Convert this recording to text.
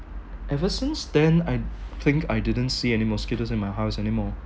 ever since then I think I didn't see any mosquitoes in my house anymore